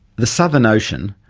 the southern ocean,